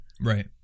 Right